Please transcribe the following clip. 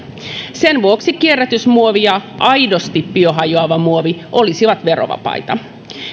sen vuoksi kierrätysmuovi ja aidosti biohajoava muovi olisivat verovapaita